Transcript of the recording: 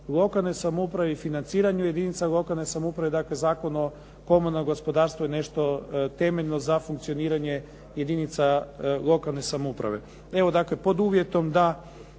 lokalnoj samoupravi i financiranju jedinica lokalne samouprave. Dakle, Zakon o komunalnom gospodarstvu je nešto temeljno za funkcioniranje jedinica lokalne samouprave. Evo dakle, pod uvjetom da